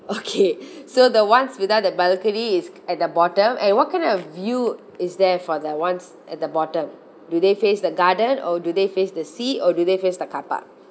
okay so the ones without the balcony is at the bottom and what kind of view is there for the ones at the bottom do they face the garden or do they face the sea or do they face the carpark